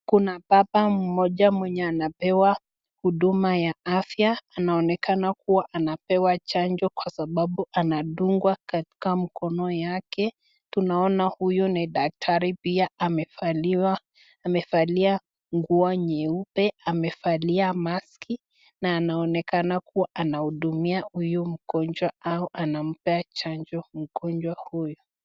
Kuna baba mmoja mwenye anapewa huduma ya afya. Anaonekana kuwa anapewa chanjo kwa sababu anadungwa katika mkono yake. Tunaona huyu ni daktari pia amevalia nguo nyeupe, amevalia maski na anaonekana kuwa anahudumia huyu mgonjwa au anampea chanjo mgonjwa huyu.